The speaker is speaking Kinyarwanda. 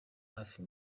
hafi